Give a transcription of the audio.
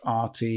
RT